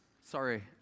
sorry